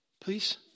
please